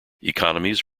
economies